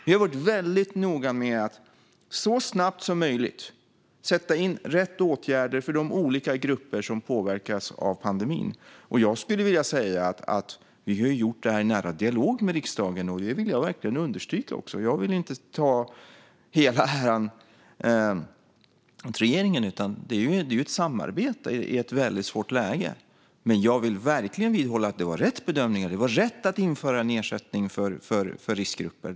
Vi har varit väldigt noga med att så snabbt som möjligt sätta in rätt åtgärder för de olika grupper som påverkas av pandemin. Jag skulle vilja säga att vi har gjort detta i nära dialog med riksdagen, och det vill jag verkligen understryka. Jag vill inte att regeringen ska ha hela äran för det, utan det är ett samarbete i ett väldigt svårt läge. Men jag vill verkligen vidhålla att det var rätt bedömningar. Det var rätt att införa en ersättning för riskgrupper.